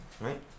right